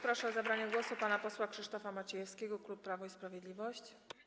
Proszę o zabranie głosu pana posła Krzysztofa Maciejewskiego, klub Prawo i Sprawiedliwość.